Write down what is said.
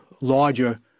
larger